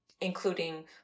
including